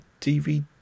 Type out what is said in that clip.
DVD